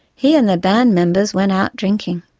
he and the band members went out drinking.